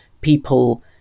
people